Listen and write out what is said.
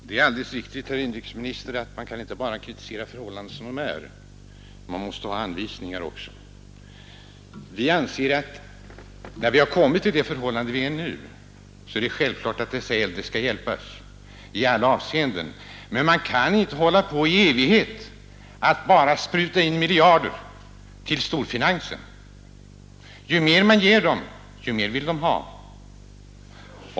Herr talman! Det är alldeles riktigt, herr inrikesminister, att man inte bara kan kritisera förhållandena som de är, man måste ha anvisningar också. Vi anser att det under nu rådande förhållanden är självklart att dessa äldre skall hjälpas i alla avseenden. Men man kan inte i evighet hålla på med att bara spruta in miljarder till storfinansen. Ju mer man ger den desto mer vill den ha.